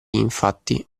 infatti